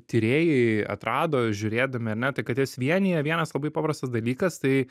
tyrėjai atrado žiūrėdami ar ne tai kad jas vienija vienas labai paprastas dalykas tai